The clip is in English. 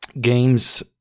games